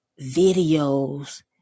videos